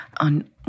on